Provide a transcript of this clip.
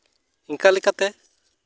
ᱤᱱᱠᱟᱹ ᱞᱮᱠᱟᱛᱮ